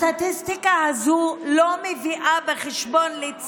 הסטטיסטיקה הזאת לא מביאה בחשבון את